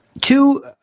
two